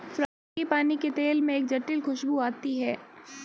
frangipani के तेल में एक जटिल खूशबू आती है